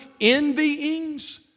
envyings